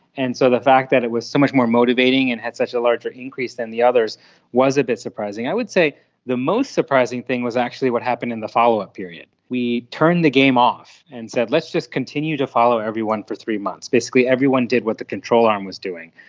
and so the fact that it was so much more motivating and had such a larger increase than the others was a bit surprising. i would say the most surprising thing was actually what happened in the follow-up period. we turned the game off and said let's just continue to follow everyone for three months, basically everyone did what the control arm was doing.